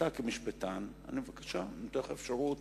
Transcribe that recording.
אתה, כמשפטן, בבקשה, אני נותן לך את האפשרות